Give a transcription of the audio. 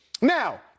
Now